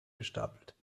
gestapelt